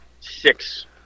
six